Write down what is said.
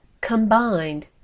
Combined